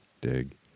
dig